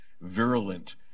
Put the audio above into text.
virulent